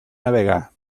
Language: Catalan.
navegar